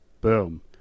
boom